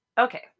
Okay